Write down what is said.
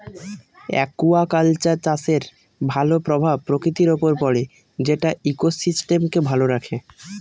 aquaculture চাষের ভালো প্রভাব প্রকৃতির উপর পড়ে যেটা ইকোসিস্টেমকে ভালো রাখে